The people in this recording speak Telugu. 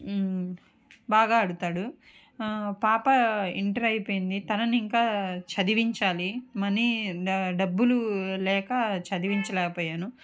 బాగా ఆడుతాడు పాప ఇంటర్ అయిపోయింది తను ఇంక చదివించాలి మనీ డబ్బులు లేక చదివించలేకపోయాను